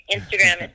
Instagram